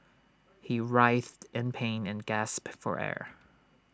he writhed in pain and gasped for air